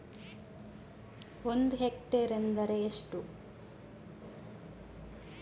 ಒಂದು ಹೆಕ್ಟೇರ್ ಎಂದರೆ ಎಷ್ಟು?